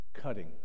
cutting